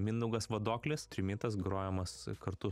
mindaugas vadoklis trimitas grojamas kartu